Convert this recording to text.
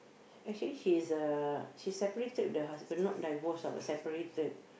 actually he is uh she separated with the husband not divorce ah but separated